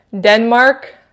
denmark